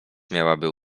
miałaby